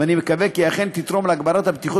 ואני מקווה כי אכן תתרום להגברת הבטיחות